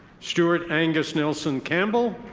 stewart angus nelson campbell.